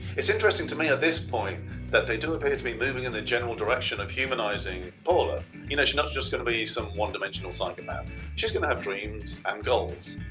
it's interesting to me at this point that they didn't appear to be moving in the general direction of humanizing paula you know she's not just going to be some one-dimensional psychopath she's gonna have dreams and um goals,